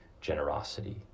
generosity